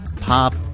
pop